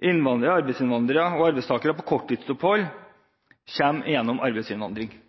arbeidsinnvandrerne og arbeidstakerne på korttidsopphold kommer gjennom arbeidsinnvandring. Vi ser dem også innenfor andre yrker, som tømrere, snekkere, malere, og